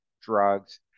drugs